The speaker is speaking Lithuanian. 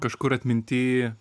kažkur atminty